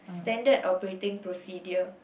standard operating procedure